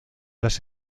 las